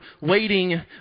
waiting